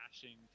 dashing